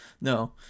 no